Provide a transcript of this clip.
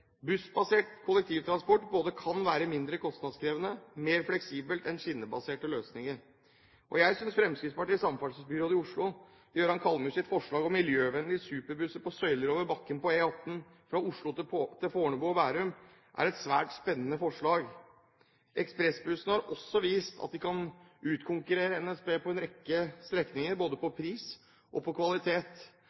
Bussbasert kollektivtransport kan være både mindre kostnadskrevende og mer fleksibelt enn skinnebaserte løsninger. Jeg synes forslaget fra samferdselsbyråden i Oslo, Jøran Kallmyr fra Fremskrittspartiet, om miljøvennlige superbusser på søyler over bakken på E18 fra Oslo til Fornebu og Bærum er svært spennende. Ekspressbussene har også vist at de kan utkonkurrere NSB på en rekke strekninger, både på pris og på kvalitet.